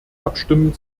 abstimmen